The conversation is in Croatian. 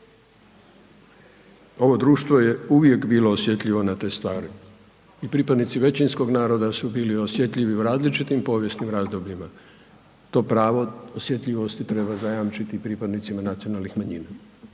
Ovo društvo je uvijek bilo osjetljivo na te stvari i pripadnici većinskoga naroda su bili osjetljivi u različitim povijesnim razdobljima. To pravo osjetljivosti treba zajamčiti pripadnicima nacionalnih manjina.